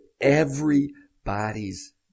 everybody's